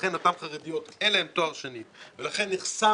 לכן אותן חרדיות אין להן תואר שני ולכן נחסם